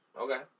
Okay